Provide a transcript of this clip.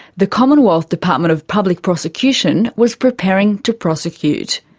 the commonwealth department of public prosecutions was preparing to prosecute.